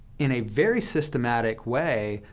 in a very systematic way,